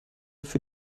für